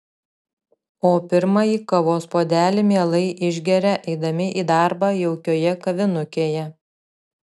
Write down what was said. o pirmąjį kavos puodelį mielai išgeria eidami į darbą jaukioje kavinukėje